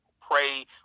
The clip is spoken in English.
pray